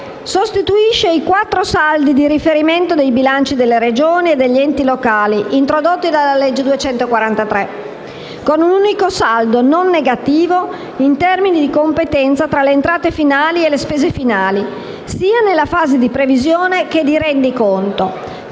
sostituisce i quattro saldi di riferimento dei bilanci delle Regioni e degli enti locali introdotti dalla legge n. 243 del 2012 con un unico saldo non negativo in termini di competenza tra le entrate finali e le spese finali, sia nella fase di previsione che di rendiconto.